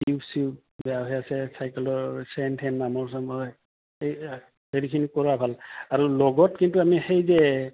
tube চিউব বেয়া হৈ আছে চাইকেলৰ চেইন টেইন মামৰ চামৰ সেইয়া হেৰিখিনি কৰা ভাল আৰু লগত কিন্তু আমি সেই যে